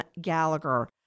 Gallagher